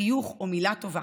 חיוך או מילה טובה,